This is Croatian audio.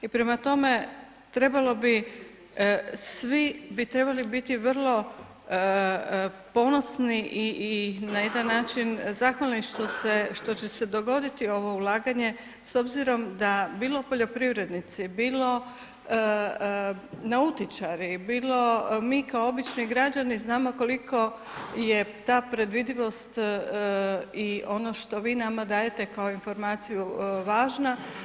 I prema tome, trebalo bi, svi bi trebali biti vrlo ponosno i na jedan način zahvalni što će se dogoditi ovo ulaganje s obzirom da bilo poljoprivrednici, nautičari, bilo mi kao obični građani znamo koliko je ta predvidivost i ono što vi nama dajete kao informaciju važna.